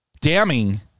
damning